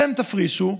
אתם תפרישו,